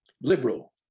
liberal